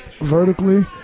vertically